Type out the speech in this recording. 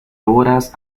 horas